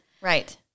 Right